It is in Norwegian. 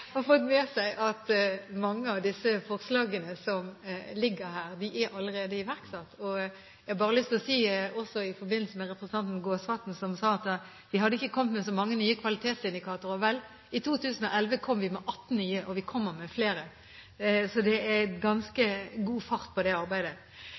har fått med seg at mange av disse forslagene som ligger her, allerede er iverksatt. Jeg har bare lyst til å si i forbindelse med at representanten Gåsvatn sa at vi ikke hadde kommet med så mange nye kvalitetsindikatorer: Vel, i 2011 kom vi med 18 nye, og vi kommer med flere. Så det er